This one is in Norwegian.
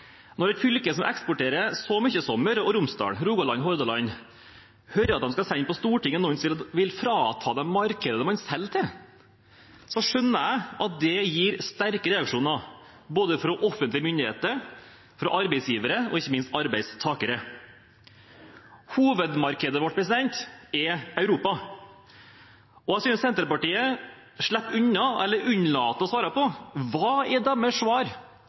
Når fylker som eksporterer så mye som Møre og Romsdal, Rogaland og Hordaland, hører at man vil sende noen på Stortinget som vil frata dem markedet man selger til, skjønner jeg at det gir sterke reaksjoner fra offentlige myndigheter, fra arbeidsgivere og ikke minst arbeidstakere. Hovedmarkedet vårt er Europa. Jeg synes Senterpartiet unnlater å svare. Hva er deres svar